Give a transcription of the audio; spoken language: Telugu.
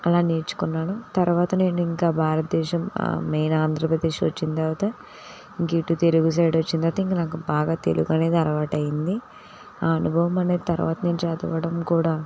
అలా నేర్చుకున్నాను తరవాత నేను ఇంక భారతదేశం మెయిన్ ఆంధ్రప్రదేశ్ వచ్చిన తరువాత ఇంక ఇటు తెలుగు సైడ్ వచ్చిన తరువాత ఇంక నాకు బాగా తెలుగు అనేది అలవాటు అయ్యింది ఆ అనుభవం అనేది తరవాత నేను చదవడం కూడా